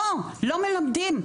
לא, לא מלמדים.